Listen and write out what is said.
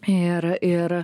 ir ir